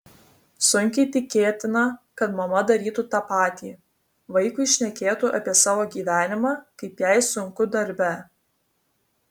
sunkiai tikėtina kad mama darytų tą patį vaikui šnekėtų apie savo gyvenimą kaip jai sunku darbe